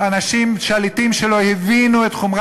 צריך להבין זאת לפחות לאחר שאנחנו רואים שבכל אומות העולם,